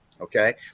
Okay